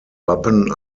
wappen